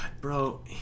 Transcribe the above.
bro